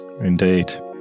Indeed